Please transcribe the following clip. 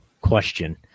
question